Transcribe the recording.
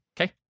Okay